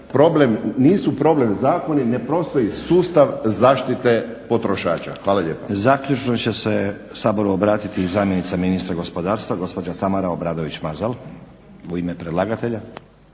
nisu problem zakoni ne postoji sustav zaštite potrošača. Hvala lijepa.